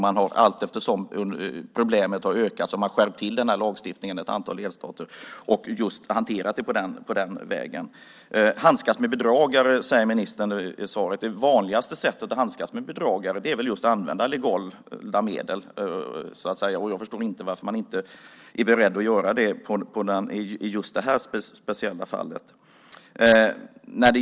Man har allteftersom problemet har ökat skärpt till den här lagstiftningen i ett antal delstater och just hanterat det på den vägen. Att handskas med bedragare, säger ministern i svaret. Det vanligaste sättet att handskas med bedragare är väl just att använda legala medel, så att säga. Jag förstår inte varför man inte är beredd att göra det i just det här speciella fallet.